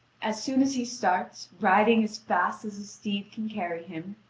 as soon as he starts, riding as fast as his steed can carry him,